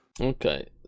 okay